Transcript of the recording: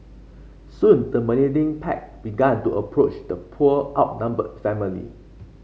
soon the menacing pack began to approach the poor outnumbered family